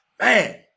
man